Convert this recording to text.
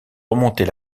remonter